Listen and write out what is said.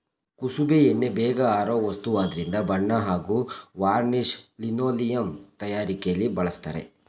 ಕುಸುಬೆ ಎಣ್ಣೆ ಬೇಗ ಆರೋ ವಸ್ತುವಾದ್ರಿಂದ ಬಣ್ಣ ಹಾಗೂ ವಾರ್ನಿಷ್ ಲಿನೋಲಿಯಂ ತಯಾರಿಕೆಲಿ ಬಳಸ್ತರೆ